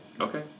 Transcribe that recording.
Okay